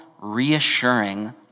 reassuring